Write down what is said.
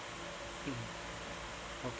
mm of